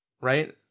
right